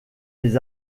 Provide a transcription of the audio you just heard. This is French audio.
les